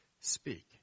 speak